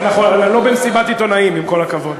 אנחנו לא במסיבת עיתונאים, עם כל הכבוד.